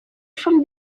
from